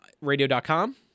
radio.com